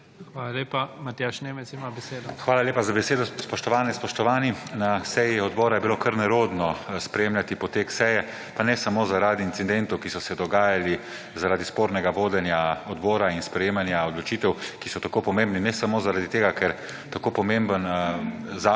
Hvala lepa. Matjaž Nemec ima besedo. **MATJAŽ NEMEC (PS SD):** Hvala lepa za besedo. Spoštovane, spoštovani! Na seji odbora je bilo kar nerodno spremljati potek seje, pa ne samo zaradi incidentov, ki so se dogajali zaradi spornega vodenja odbora in sprejemanja odločitev, ki so tako pomembne ne samo zaradi tega, ker tako pomemben